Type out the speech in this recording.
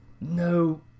No